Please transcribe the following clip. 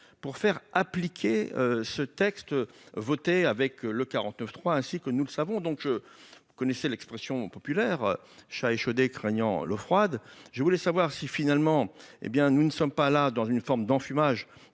pour faire appliquer ce texte voté avec le 49.3, ainsi que nous le savons donc je connaissais l'expression populaire, chat échaudé craignant l'eau froide. Je voulais savoir si, finalement, hé bien nous ne sommes pas là dans une forme d'enfumage